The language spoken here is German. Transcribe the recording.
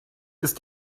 ist